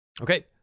Okay